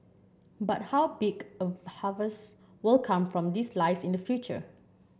but how big a harvest will come from this lies in the future